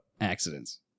accidents